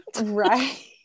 right